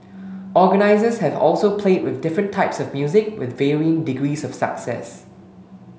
organisers have also played with different types of music with varying degrees of success